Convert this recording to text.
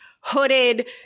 hooded